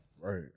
Right